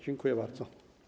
Dziękuję bardzo.